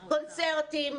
קונצרטים,